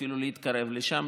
אפילו להתקרב לשם,